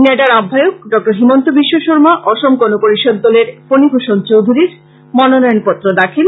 নেডার আহ্বায়ক ড হিমন্ত বিশ্ব শর্মা অসম গণ পরিষদ দলের ফণীভ়ষণ চৌধুরীর মনোনয়নপত্র দাখিল